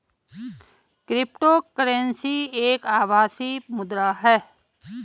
crypto currency एक आभासी मुद्रा है